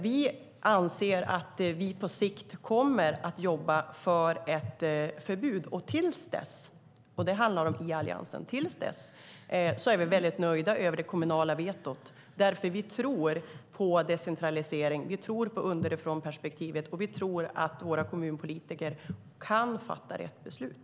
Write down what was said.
Vi kommer att på sikt jobba i Alliansen för ett förbud, och fram till dess är vi mycket nöjda med det kommunala vetot. Vi tror nämligen på decentralisering. Vi tror på underifrånperspektivet. Vi tror att våra kommunpolitiker kan fatta rätt beslut.